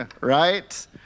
Right